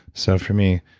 so for me,